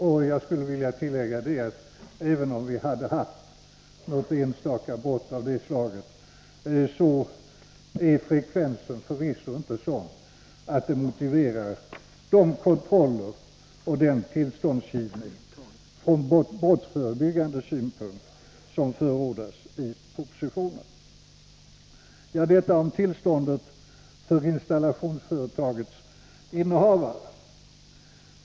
Och jag skulle vilja tillägga att även om vi hade haft något enstaka brott av det här slaget skulle frekvensen förvisso inte vara sådan att den motiverar de kontroller och den tillståndsgivning från brottsförebyggan de synpunkt som förordas i propositionen. Detta vare sagt om tillståndet för installationsföretagets innehavare.